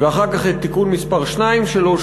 ואחר כך את תיקון מס' 2 שלו,